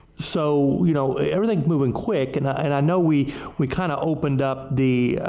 so, you know everything moving quick. and i and i know we we kind of opened up the